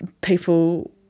people